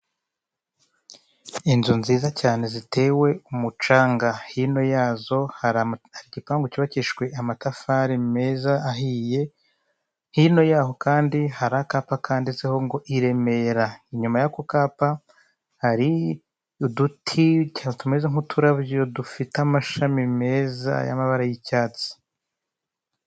Inzu nziza cyane zitewe umucanga hino yazo hari igipangu cyubakishijwe amatafari meza ahiye, hino yaho kandi hari akapa kanditseho ngo i Remera nyuma yako kapa hari uduti tumeze nk'uturabyo dufite amashami meza y'amabara y'icyatsi.